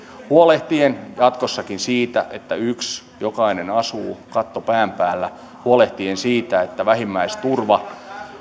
huolehtien jatkossakin siitä että jokainen asuu katto pään päällä huolehtien siitä että vähimmäisturva